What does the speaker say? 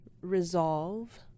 resolve